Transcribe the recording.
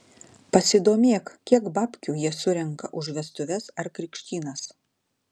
pasidomėk kiek babkių jie surenka už vestuves ar krikštynas